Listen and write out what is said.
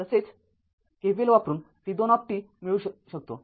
तसेच KVL वापरून v२ मिळवू शकतो